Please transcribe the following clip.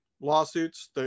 lawsuits